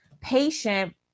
patient